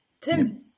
Tim